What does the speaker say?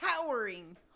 towering